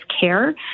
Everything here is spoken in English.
care